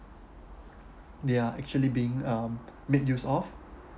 they are actually being um made use of